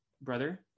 brother